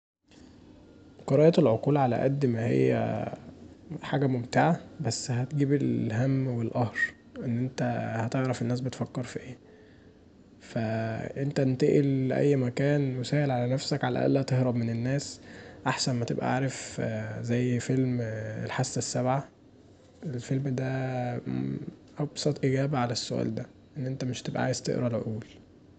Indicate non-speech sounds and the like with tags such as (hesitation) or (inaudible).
قراءة العقول علي قد ماهي ممتعه بس هتجيب الهم والقهر ان انت هتعرف الناس بتفكر في ايه فأنت انتقل لأي مكان وسهل علي نفسك علي الأقل هتهرب من الناس احسن ما تبقي عارف زي فيلم (hesitation) الحاسه السابعه الفيلم دا ابسط اجابه علي السؤال دا، ان انت مش هتبقي عايز تقرا العقول.